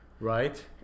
Right